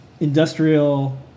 Industrial